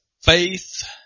Faith